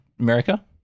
america